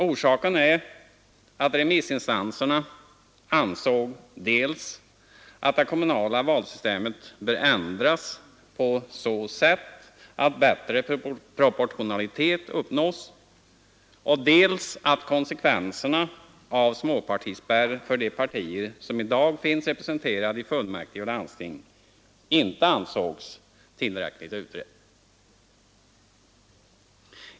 Orsaken är att remissinstanserna ansåg dels att det kommunala valsystemet bör ändras på så sätt att bättre proportionalitet uppnås, dels att konsekvenserna av småpartispärr för de partier som i dag finns representerade i fullmäktige och landsting inte var tillräckligt utredda.